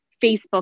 Facebook